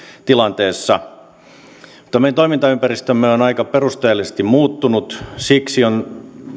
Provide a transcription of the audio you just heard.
tilanteessa meidän toimintaympäristömme on aika perusteellisesti muuttunut siksi on